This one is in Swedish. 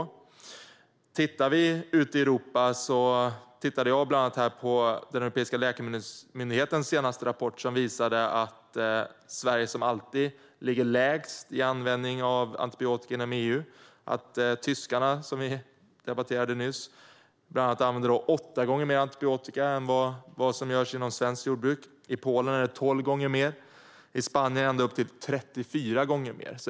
När det gäller hur det ser ut ute i Europa tittade jag bland annat på den europeiska läkemedelsmyndighetens senaste rapport som visade att Sverige som alltid ligger lägst i användning av antibiotika inom EU och att tyskarna, som vi debatterade nyss, använder 8 gånger mer antibiotika än vad man gör inom svenskt jordbruk. I Polen är det 12 gånger mer, och i Spanien är det ända upp till 34 gånger mer.